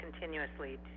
continuously